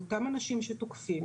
עם אותם אנשים שתוקפים,